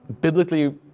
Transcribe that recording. biblically